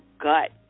gut